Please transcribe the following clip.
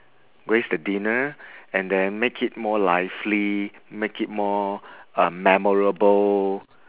grace the dinner and then make it more lively make it more uh memorable